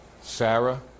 Sarah